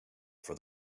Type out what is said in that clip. for